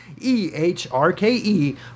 E-H-R-K-E